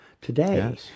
today